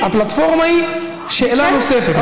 הפלטפורמה היא שאלה נוספת.